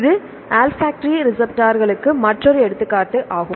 இது ஆல்ஃபாக்டரி ரிசெப்டர்களுக்கு மற்றொரு எடுத்துக்காட்டு ஆகும்